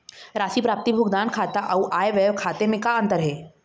राशि प्राप्ति भुगतान खाता अऊ आय व्यय खाते म का अंतर हे?